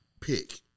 pick